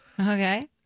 Okay